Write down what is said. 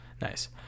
Nice